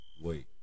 wait